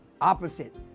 opposite